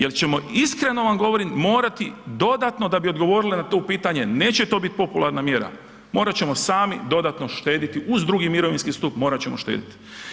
Jer ćemo iskreno vam govorim morati dodatno da bi odgovorili na to pitanje neće to biti popularna mjera, morati ćemo sami dodatno štedjeti uz drugi mirovinski stup, morati ćemo štedjeti.